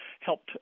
helped